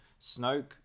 Snoke